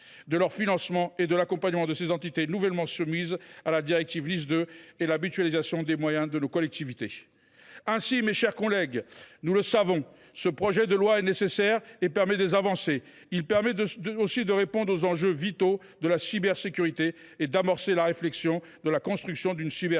que les modalités de l’accompagnement de ces entités nouvellement soumises à la directive NIS2 et de la mutualisation des moyens de nos collectivités. Mes chers collègues, nous le savons, ce projet de loi est nécessaire. Il permet des avancées en apportant des réponses aux enjeux vitaux de la cybersécurité et en amorçant la réflexion sur la construction d’une cybersécurité